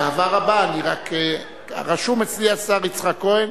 באהבה רבה, רק רשום אצלי השר יצחק כהן.